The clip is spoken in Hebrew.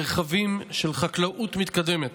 מרחבים של חקלאות מתקדמת,